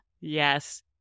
Yes